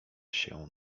się